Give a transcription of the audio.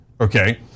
okay